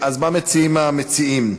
אז מה מציעים המציעים?